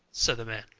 said the man,